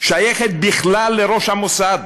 שייכת בכלל לראש המוסד,